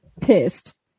pissed